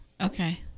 Okay